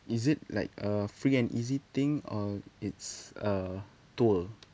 is it like a free and easy thing or it's a tour